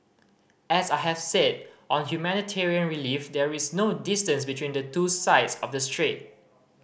as I have said on humanitarian relief there is no distance between the two sides of the strait